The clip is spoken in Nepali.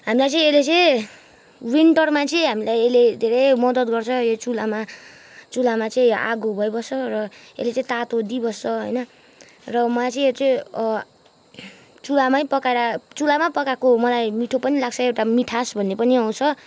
हामीलाई चाहिँ यसले चाहिँ विन्टरमा चाहिँ हामीलाई यसले धेरै मदद गर्छ यो चुलामा चुलामा चाहिँ आगो भइबस्छ र यसले चाहिँ तातो दिइबस्छ होइन र मलाई चाहिँ यो चाहिँएको मलाई मिठो पनि लाग्छ एउटा मिठास भन्ने पनि आउँछ